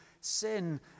sin